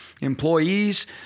employees